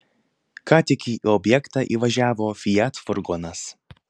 ką tik į objektą įvažiavo fiat furgonas